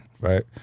Right